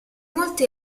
molti